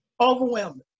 Overwhelming